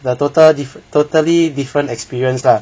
the total totally different experience lah